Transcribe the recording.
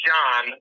John